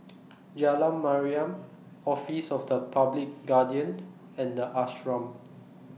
Jalan Mariam Office of The Public Guardian and The Ashram